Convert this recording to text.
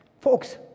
Folks